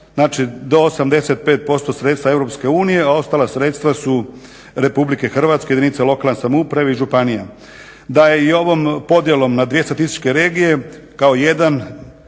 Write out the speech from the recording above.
znači do 85% sredstva EU, a ostala sredstva su RH, jedinice lokalne samouprave i županije. Da je i ovom podjelom na dvije statističke regije kao jedan,